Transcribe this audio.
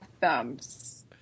thumbs